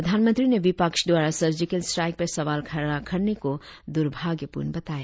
प्रधानमंत्री ने विपक्ष द्वारा सर्जिकल स्ट्राइक पर सवाल खड़े करने को द्र्भाग्यपूर्ण बताया